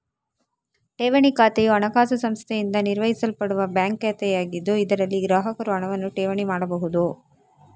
ಠೇವಣಿ ಖಾತೆಯು ಹಣಕಾಸು ಸಂಸ್ಥೆಯಿಂದ ನಿರ್ವಹಿಸಲ್ಪಡುವ ಬ್ಯಾಂಕ್ ಖಾತೆಯಾಗಿದ್ದು, ಇದರಲ್ಲಿ ಗ್ರಾಹಕರು ಹಣವನ್ನು ಠೇವಣಿ ಮಾಡಬಹುದು